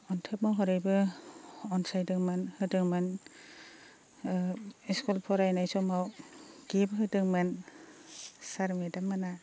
खन्थाइ महरैबो अनसायदोंमोन होदोंमोन स्कुल फरायनाय समाव गिफ्ट होदोंमोन सार मेडाममोना